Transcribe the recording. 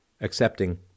accepting